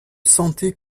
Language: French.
sentais